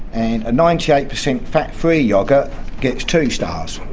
and a ninety eight percent fat-free yoghurt gets two stars,